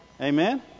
Amen